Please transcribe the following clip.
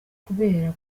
kubera